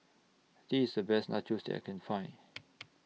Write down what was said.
This IS A Best Nachos that I Can Find